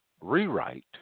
rewrite